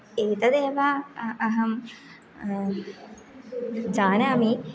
एतदेव अहं जानामि